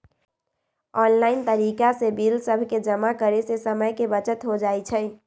online तरिका से bill सभके जमा करे से समय के बचत हो जाइ छइ